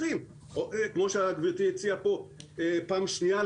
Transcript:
כמו שגברתי הציעה כאן, להקליד פעם שנייה.